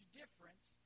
difference